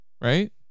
right